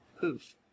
poof